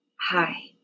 Hi